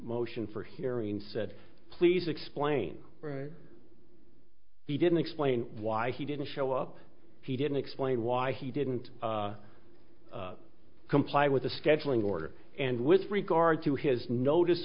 motion for hearing said please explain where he didn't explain why he didn't show up he didn't explain why he didn't comply with the scheduling order and with regard to his notice